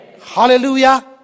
Hallelujah